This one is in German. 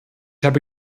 habe